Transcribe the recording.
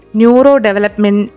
neurodevelopment